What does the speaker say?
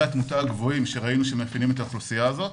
התמותה הגבוהים שראינו שמאפיינים את האוכלוסייה הזאת.